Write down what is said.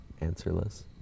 answerless